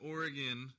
Oregon